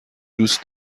دوست